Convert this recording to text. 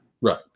right